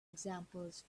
examples